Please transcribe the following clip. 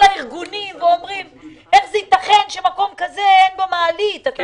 הארגונים ואומרים: איך ייתכן שבמקום כזה אין מעלית -- קטי,